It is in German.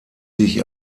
sich